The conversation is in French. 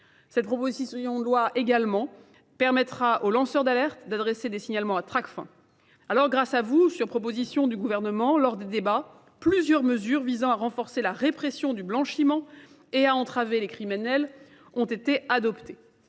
Cette proposition en loi également permettra aux lanceurs d'alerte d'adresser des signalements à trac fin. Grâce à vous, sur proposition du gouvernement lors des débats, plusieurs mesures visant à renforcer la répression du blanchiment et à entraver les criminels ont été adoptées.